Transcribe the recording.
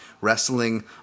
wrestling